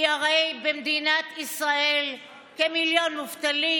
כי הרי במדינת ישראל כמיליון מובטלים,